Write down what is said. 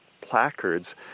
placards